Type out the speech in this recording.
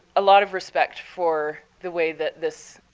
a lot of respect for the way that this